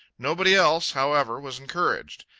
nobody else, however, was encouraged.